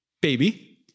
baby